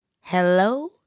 Hello